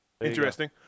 Interesting